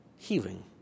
healing